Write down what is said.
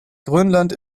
grönland